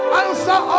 answer